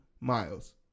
miles